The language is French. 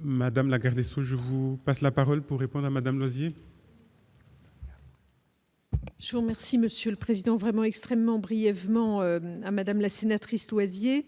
Madame la garde des Sceaux je vous passe la parole pour répondre à Madame Losier. Je vous remercie, Monsieur le Président, vraiment extrêmement brièvement à madame la sénatrice loisirs